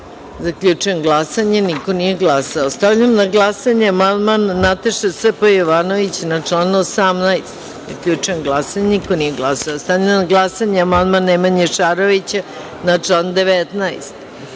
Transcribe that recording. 17.Zaključujem glasanje: niko nije glasao. Stavljam na glasanje amandman Nataše Sp. Jovanović na član 18.Zaključujem glasanje: niko nije glasao. Stavljam na glasanje amandman Nemanje Šarovića na član